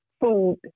food